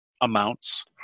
amounts